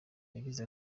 yagize